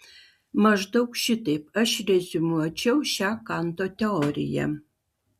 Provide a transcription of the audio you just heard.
maždaug šitaip aš reziumuočiau šią kanto teoriją